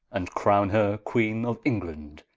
and crowne her queene of england,